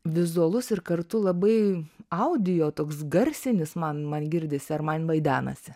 vizualus ir kartu labai audio toks garsinis man man girdisi ar man vaidenasi